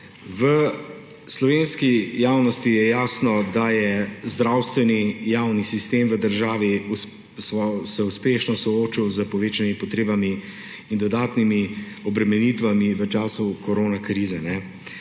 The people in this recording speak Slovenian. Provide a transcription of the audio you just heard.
Slovenski javnosti je jasno, da se je javni zdravstveni sistem v državi uspešno soočil s povečanimi potrebami in dodatnimi obremenitvami v času koronakrize.